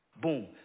Boom